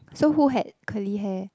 so who had curly hair